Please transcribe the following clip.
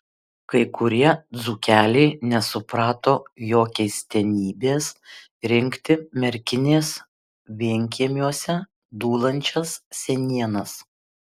kai kurie dzūkeliai nesuprato jo keistenybės rinkti merkinės vienkiemiuose dūlančias senienas